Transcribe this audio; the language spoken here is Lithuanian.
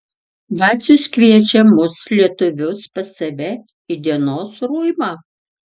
vacius kviečia mus lietuvius pas save į dienos ruimą